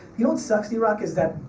you know what sucks, drock is that,